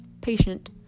patient